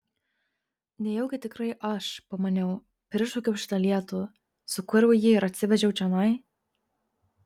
nejaugi tikrai aš pamaniau prišaukiau šitą lietų sukūriau jį ir atsivežiau čionai